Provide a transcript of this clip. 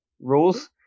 rules